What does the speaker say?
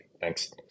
thanks